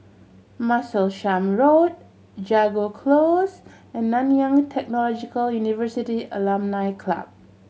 Martlesham Road Jago Close and Nanyang Technological University Alumni Club